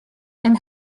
and